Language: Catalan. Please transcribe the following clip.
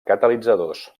catalitzadors